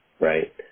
right